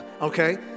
okay